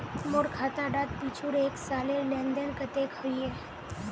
मोर खाता डात पिछुर एक सालेर लेन देन कतेक होइए?